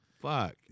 Fuck